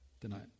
tonight